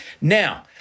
Now